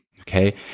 Okay